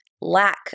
lack